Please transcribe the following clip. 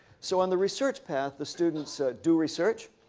so on the research path the students do research,